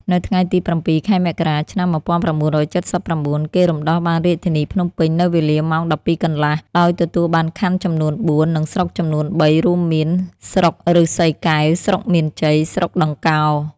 នៅថ្ងៃទី ០៧ ខែមករា ឆ្នាំ ១៩៧៩ គេរំដោះបានរាជធានីភ្នំពេញនៅវេលា ម៉ោង ១២ កន្លះ ដោយទទួលបានខណ្ឌចំនួន ៤ និងស្រុកចំនួន ៣ រួមមាន ស្រុកឫស្សីកែវ ស្រុកមានជ័យ ស្រុកដង្កោ។